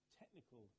technical